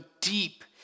deep